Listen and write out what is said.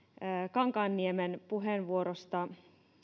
kankaanniemen puheenvuorosta